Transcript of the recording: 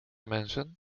mensen